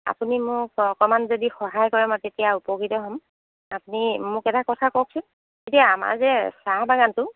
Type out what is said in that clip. আপুনি মোক অকমাণ যদি সহায় কৰে মই তেতিয়া উপকৃত হ'ম আপুনি মোক এটা কথা কওকচোন এতিয়া আমাৰ যে চাহবাগানটো